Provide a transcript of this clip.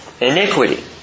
Iniquity